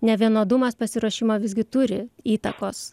nevienodumas pasiruošimo visgi turi įtakos